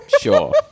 Sure